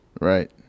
Right